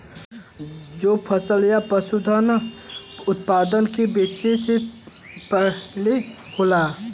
जो फसल या पसूधन उतपादन के बेचे के पहले होला